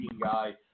guy